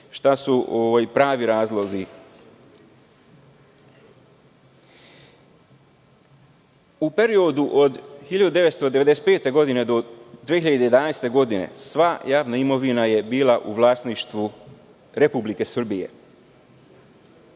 šta su pravi razlozi.U periodu od 1995. godine do 2011. godine, sva javna imovina je bila u vlasništvu Republike Srbije.